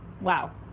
Wow